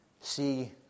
see